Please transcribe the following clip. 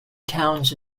towns